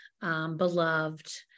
beloved